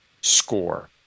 score